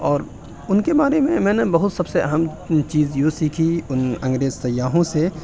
اور اُن کے بارے میں میں نے بہت سب سے اہم چیز جو سیکھی اُن انگریز سیاحوں سے